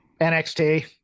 NXT